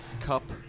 cup